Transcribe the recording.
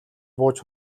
бууж